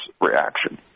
reaction